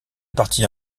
partie